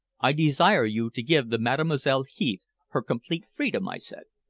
i desire you to give the mademoiselle heath her complete freedom, i said.